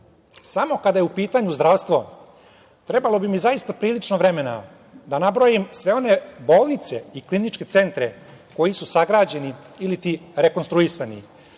Samo kada je u pitanju zdravstvo, trebalo bi mi zaista prilično vremena da nabrojim sve one bolnice i kliničke centre koji su sagrađeni ili rekonstruisani,